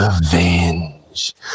revenge